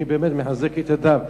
אני באמת מחזק את ידיו.